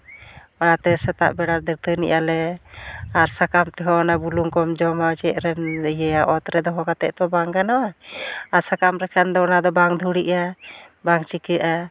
ᱚᱱᱟᱛᱮ ᱥᱮᱛᱟᱜ ᱵᱮᱲᱟ ᱫᱟᱹᱛᱟᱹᱱᱤᱜ ᱟᱞᱮ ᱟᱨ ᱥᱟᱠᱟᱢ ᱛᱮᱦᱚᱸ ᱚᱱᱟ ᱵᱩᱞᱩᱝ ᱠᱚᱢ ᱡᱚᱢᱟ ᱪᱮᱫ ᱨᱮᱢ ᱤᱭᱟᱹᱭᱟ ᱚᱛ ᱨᱮ ᱫᱚᱦᱚ ᱠᱟᱛᱮ ᱛᱚ ᱵᱟᱝ ᱜᱟᱱᱚᱜᱼᱟ ᱟᱨ ᱥᱟᱠᱟᱢ ᱨᱮᱠᱷᱟᱱ ᱫᱚ ᱚᱱᱟ ᱫᱚ ᱵᱟᱝ ᱫᱷᱩᱲᱤᱜᱼᱟ ᱵᱟᱝ ᱪᱤᱠᱟᱹᱜᱼᱟ